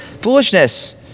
foolishness